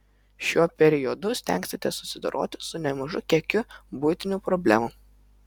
šiuo periodu stengsitės susidoroti su nemažu kiekiu buitinių problemų